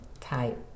type